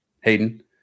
Hayden